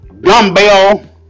dumbbell